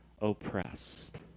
oppressed